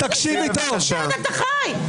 --- איפה אתה חי?